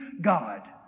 God